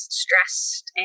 stressed